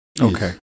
Okay